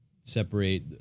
separate